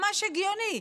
ממש הגיוני.